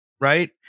right